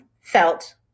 felt